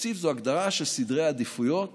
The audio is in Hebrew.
תקציב זו הגדרה של סדרי עדיפויות